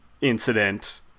Incident